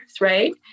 right